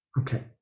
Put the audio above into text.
Okay